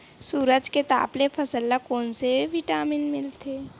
सूरज के ताप ले फसल ल कोन ले विटामिन मिल थे?